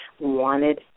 wanted